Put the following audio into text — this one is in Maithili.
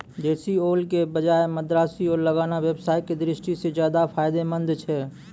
देशी ओल के बजाय मद्रासी ओल लगाना व्यवसाय के दृष्टि सॅ ज्चादा फायदेमंद छै